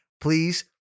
please